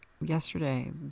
yesterday